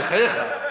בחייך.